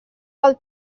pel